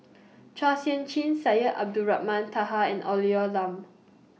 Chua Sian Chin Syed Abdulrahman Taha and Olivia Lum